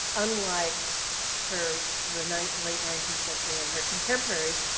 unlike her, the late nineteenth century, and her contemporaries.